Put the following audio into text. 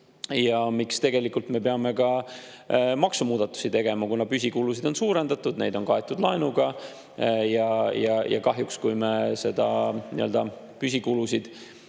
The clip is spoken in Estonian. ja miks tegelikult me peame ka maksumuudatusi tegema. Püsikulusid on suurendatud ja neid on kaetud laenuga. Ja kahjuks, kui me püsikulusid